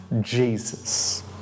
Jesus